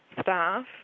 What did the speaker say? staff